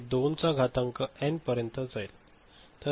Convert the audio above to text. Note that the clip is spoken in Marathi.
आणि ते 2 चा घातांक एन पर्यंत जाईल